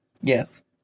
Yes